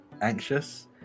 anxious